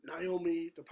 Naomi